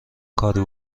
کاری